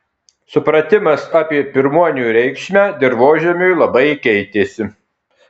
supratimas apie pirmuonių reikšmę dirvožemiui labai keitėsi